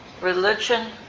Religion